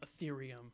Ethereum